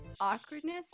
Awkwardness